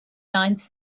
ninth